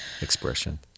expression